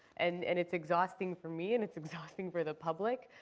and and it's exhausting for me and it's exhausting for the public.